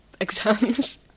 exams